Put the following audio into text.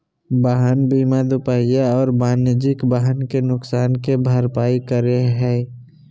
वाहन बीमा दूपहिया और वाणिज्यिक वाहन के नुकसान के भरपाई करै हइ